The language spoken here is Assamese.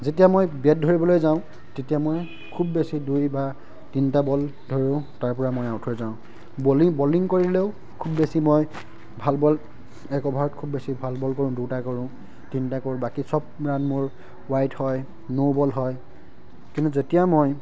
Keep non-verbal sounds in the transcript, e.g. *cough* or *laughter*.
যেতিয়া মই বেট ধৰিবলৈ যাওঁ তেতিয়া মই খুব বেছি দুই বা তিনটা বল ধৰোঁ তাৰপৰা মই আউট হৈ যাওঁ বলিং বলিং কৰিলেও খুব বেছি মই ভাল বল এক অভাৰত খুব বেছি ভাল বল কৰোঁ দুটা কৰোঁ তিনটা কৰোঁ বাকী চব *unintelligible* মোৰ ৱাইড হয় ন' বল হয় কিন্তু যেতিয়া মই